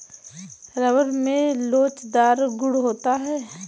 rubber में लोचदार गुण होता है